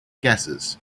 gases